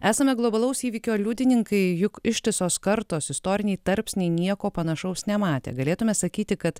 esame globalaus įvykio liudininkai juk ištisos kartos istoriniai tarpsniai nieko panašaus nematė galėtume sakyti kad